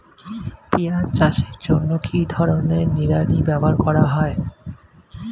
পিঁয়াজ চাষের জন্য কি ধরনের নিড়ানি ব্যবহার করা হয়?